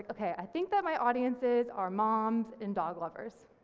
okay i think that my audiences are moms and dog lovers,